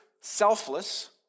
selfless